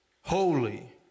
holy